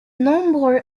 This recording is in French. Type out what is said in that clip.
nombreux